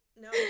no